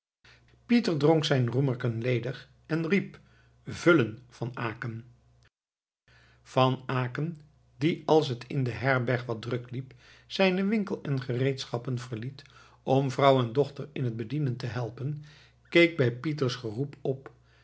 pieter dronk zijn roemerken ledig en riep vullen van aecken van aecken die als het in de herberg wat druk liep zijnen winkel en gereedschappen verliet om vrouw en dochter in het bedienen te helpen keek bij pieters geroep op